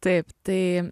taip tai